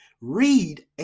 read